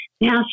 Now